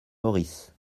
maurice